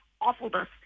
awfulness